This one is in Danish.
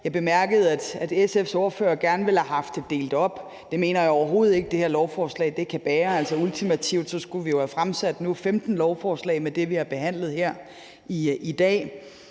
Jeg bemærkede, at SF's ordfører gerne ville have haft det delt op. Det mener jeg overhovedet ikke det her lovforslag kan bære. Altså, ultimativt skulle vi jo nu have fremsat 15 lovforslag med det, vi har behandlet her i dag.